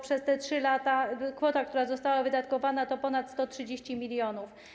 Przez te 3 lata kwota, która została wydatkowana, to ponad 130 mln.